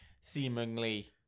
seemingly